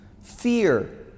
Fear